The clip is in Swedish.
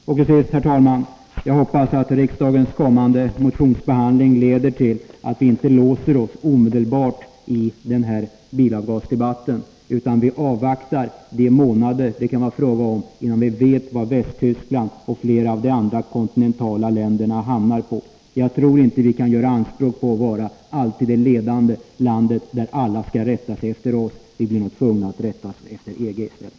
Till sist, herr talman, hoppas jag att riksdagens kommande motionsbehandling leder till att vi inte omedelbart låser oss i bilavgasdebatten, utan att vi avvaktar de månader det kan vara fråga om innan vi vet hur Västtyskland och flera av de andra kontinentala länderna ställer sig. Jag tror inte att vi kan göra anspråk på att alltid vara det ledande landet som alla skall rätta sig efter. Vi blir nog tvungna att rätta oss efter EG i stället.